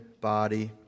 body